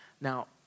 Now